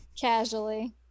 casually